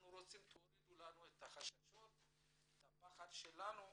אנחנו רוצים שתורידו לנו את החששות ואת הפחד שלנו,